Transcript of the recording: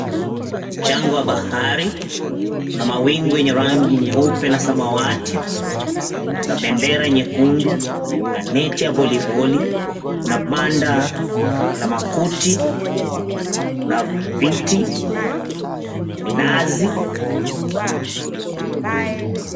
Mchanga wa bahari, kuna mawingu yenye rangi nyeupe na samawati na bendera nyekundu. Kuna neti yacs voliboli , kuna banda la makuti, na viti, minazi.